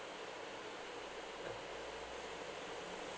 it is okay ah that's